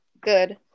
Good